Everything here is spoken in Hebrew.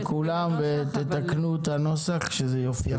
כולם ותתקנו את הנוסח שזה יופיע ככה.